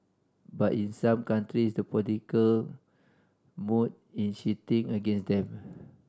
but in some countries the political mood in shifting against them